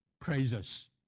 praises